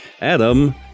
Adam